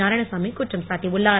நாராயணசாமி குற்றம் சாட்டியுள்ளார்